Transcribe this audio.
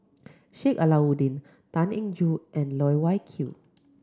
Sheik Alau'ddin Tan Eng Joo and Loh Wai Kiew